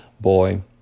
Boy